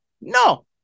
No